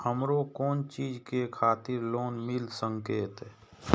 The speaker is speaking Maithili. हमरो कोन चीज के खातिर लोन मिल संकेत?